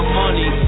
money